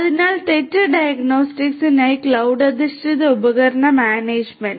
അതിനാൽ തെറ്റ് ഡയഗ്നോസ്റ്റിക്സിനായി ക്ലൌഡ് അധിഷ്ഠിത ഉപകരണ മാനേജ്മെന്റ്